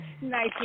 Nice